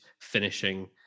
Finishing